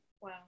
Wow